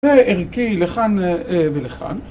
זה ערכי לכאן ולכאן.